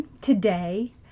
today